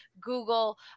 Google